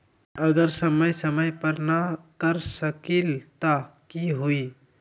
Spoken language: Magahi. अगर समय समय पर न कर सकील त कि हुई?